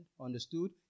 understood